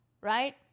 right